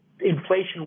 inflation